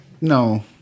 no